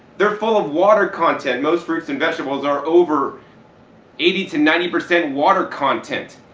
they're full of water content. most fruits and vegetables are over eighty to ninety percent water content.